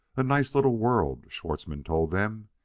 a nice little world, schwartzmann told them.